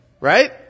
Right